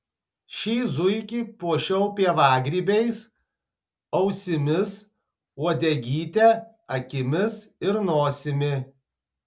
šį zuikį puošiau pievagrybiais ausimis uodegyte akimis ir nosimi